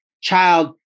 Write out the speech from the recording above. child